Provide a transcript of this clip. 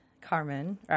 Carmen